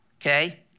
Okay